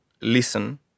listen